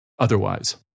Otherwise